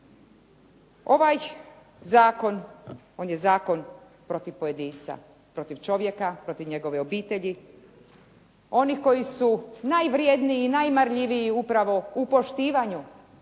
Ovaj zakon on je zakon protiv pojedinca, protiv čovjeka, protiv njegove obitelji, onih koji su najvrjedniji i najmarljiviji upravo u poštivanju